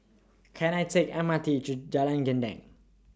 Can I Take M R T to Jalan Gendang